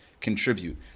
contribute